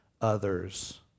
others